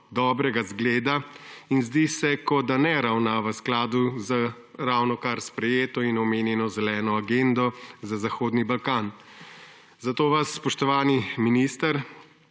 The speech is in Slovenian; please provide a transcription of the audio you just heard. dobrega zgleda in zdi se, kot da ne ravna v skladu z ravnokar sprejeto in omenjeno Zeleno agendo za Zahodni Balkan. Zato vas, spoštovani minister,